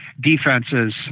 defenses